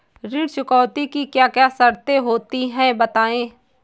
ऋण चुकौती की क्या क्या शर्तें होती हैं बताएँ?